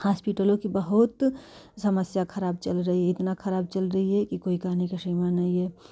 हॉस्पिटलों की बहुत समस्या खराब चल रही है इतना खराब चल रही है कि कोई कहने सीमा की नहीं है